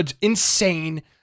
insane